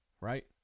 right